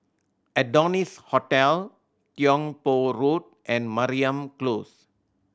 Adonis Hotel Tiong Poh Road and Mariam Close